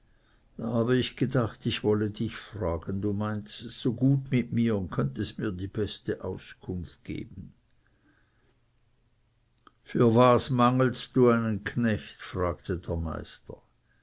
da habe ich gedacht ich wolle dich fragen du meinest es gut mit mir und könnest mir die beste auskunft geben für was mangelst du einen knecht fragte der meister